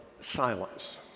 silence